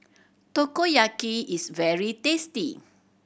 takoyaki is very tasty